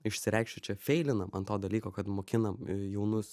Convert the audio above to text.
išsireikšiu čia feilinam ant to dalyko kad mokinam jaunus